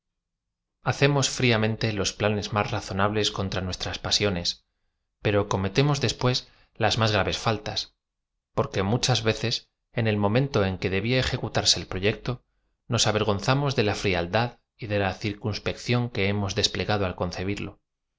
fríam ente loa planes más razonables con tra nuestras pasiones pero cometemos después las más graves faltasi porque muchas veces en el momento en que debía ejecutarse el proyecto nos avergon zamos de la ft'ialdad y de la círcunapecclóa que hemos desplegado ai concebirlo